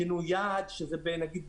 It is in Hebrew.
שינוי יעד נאמר,